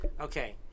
Okay